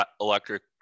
electric